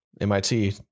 MIT